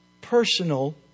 personal